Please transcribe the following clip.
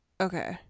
okay